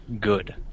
good